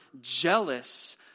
jealous